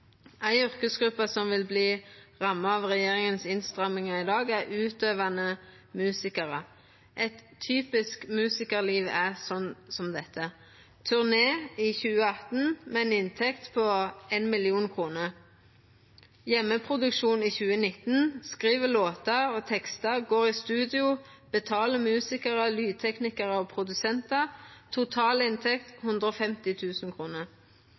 Ei yrkesgruppe som vil verta ramma av regjeringas innstrammingar i dag, er utøvande musikarar. Eit typisk musikarliv er slik: turné i 2018 med ei inntekt på 1 mill. kr, heimeproduksjon i 2019 der ein skriv låtar og tekstar, går i studio, betalar musikarar, lydteknikarar og produsentar,